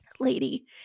lady